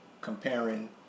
comparing